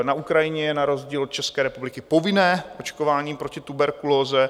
Na Ukrajině je na rozdíl od České republiky povinné očkování proti tuberkulóze.